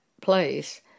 place